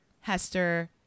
Hester